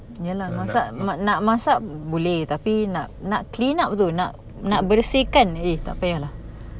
ya lah masak nak masak boleh tapi nak nak clean up tu nak bersihkan eh tak payah lah